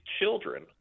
children